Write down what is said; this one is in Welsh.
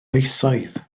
oesoedd